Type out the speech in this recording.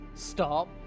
stop